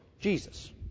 Jesus